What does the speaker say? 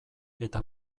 eta